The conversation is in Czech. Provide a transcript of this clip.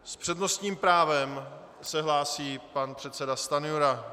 S přednostním právem se hlásí pan předseda Stanjura.